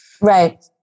Right